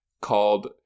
called